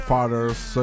Fathers